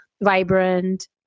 vibrant